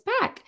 back